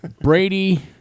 Brady